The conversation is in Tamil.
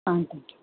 ah thank you